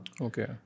Okay